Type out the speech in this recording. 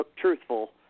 truthful